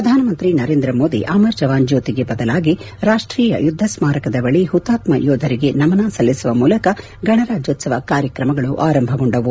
ಪ್ರಧಾನಮಂತ್ರಿ ನರೇಂದ್ರ ಮೋದಿ ಅಮರ್ ಜವಾನ್ ಜ್ಯೋತಿಗೆ ಬದಲಾಗಿ ರಾಷ್ಟೀಯ ಯುದ್ಧ ಸ್ಮಾರಕದ ಬಳಿ ಹುತಾತ್ಮ ಯೋಧರಿಗೆ ನಮನ ಸಲ್ಲಿಸುವ ಮೂಲಕ ಗಣರಾಜ್ಯೋತ್ಸವ ಕಾರ್ಯಕ್ರಮಗಳು ಆರಂಭಗೊಂಡವು